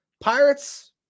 Pirates